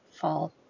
fall